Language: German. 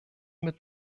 mit